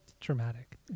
dramatic